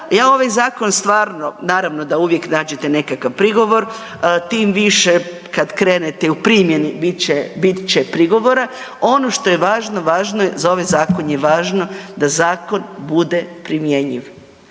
stvarno, naravno da uvijek nađete nekakav prigovor, tim više kad krenete i u primjeni bit će, bit će prigovora. Ono što je važno, važno je, za ovaj zakon je važno da zakon bude primjenjiv